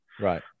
Right